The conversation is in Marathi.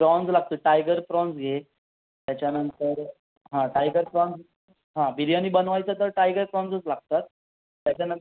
प्रॉन्ज लागतील टायगर प्रॉन्ज घे त्याच्यानंतर हां टायगर प्रॉन्ज हां बिर्याणी बनवायचं तर टायगर प्रॉन्जच लागतात त्याच्यानं